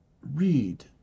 read